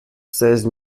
seize